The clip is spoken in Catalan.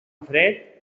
fred